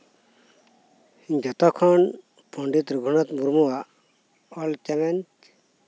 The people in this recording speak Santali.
ᱡᱷᱚᱛᱚ ᱠᱷᱚᱱ ᱯᱚᱱᱰᱤᱛ ᱨᱚᱜᱷᱩᱱᱟᱛᱷ ᱢᱩᱨᱢᱩᱣᱟᱜ ᱚᱞ ᱪᱮᱢᱮᱫ